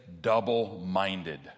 double-minded